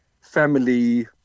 family